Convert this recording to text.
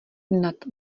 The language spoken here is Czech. nad